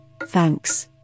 thanks